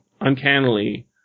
uncannily